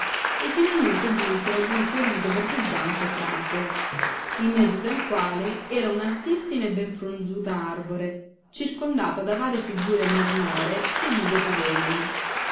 e finalmente giunsero ad un fiorito e verdeggiante prato in mezzo del quale era un altissima e ben fronzuta arbore circondata da varie figure marmoree che vive parevano